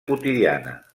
quotidiana